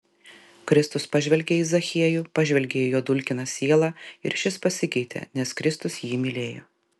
kristus pažvelgė į zachiejų pažvelgė į jo dulkiną sielą ir šis pasikeitė nes kristus jį mylėjo